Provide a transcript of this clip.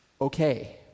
okay